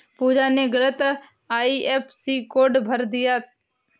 पूजा ने गलत IFSC code भर दिया